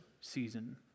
season